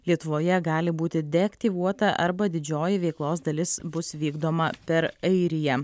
lietuvoje gali būti deaktyvuota arba didžioji veiklos dalis bus vykdoma per airiją